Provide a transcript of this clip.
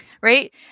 right